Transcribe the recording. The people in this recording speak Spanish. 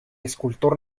escultor